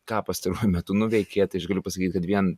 ką pastaruoju metu nuveikė tai aš galiu pasakyti kad vien